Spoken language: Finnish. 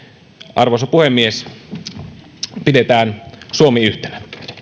arvoisa puhemies pidetään suomi yhtenä